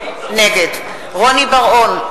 נגד רוני בר-און,